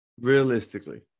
Realistically